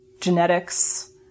Genetics